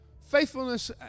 Faithfulness